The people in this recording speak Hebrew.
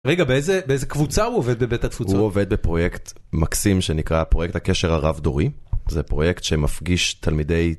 רגע באיזה קבוצה הוא עובד בבית התפוצות? הוא עובד בפרויקט מקסים שנקרא פרויקט הקשר הרב דורי, זה פרויקט שמפגיש תלמידי...